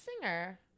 singer